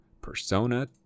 Persona